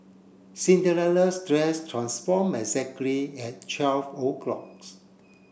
Cinderella's dress transform exactly at twelve o'clocks